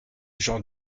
jean